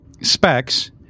specs